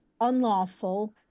unlawful